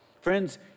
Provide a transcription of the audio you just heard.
Friends